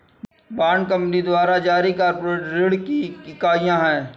bond company द्वारा जारी corporate ऋण की इकाइयां हैं